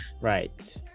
Right